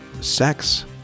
sex